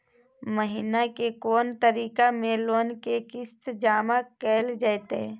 महीना के कोन तारीख मे लोन के किस्त जमा कैल जेतै?